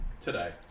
today